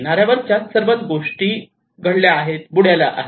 किनाऱ्यावरच्या सर्वच गोष्टी घडल्या आहेत बुडाल्या आहेत